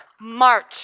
march